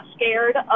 scared